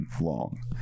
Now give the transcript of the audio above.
long